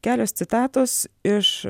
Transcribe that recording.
kelios citatos iš